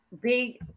big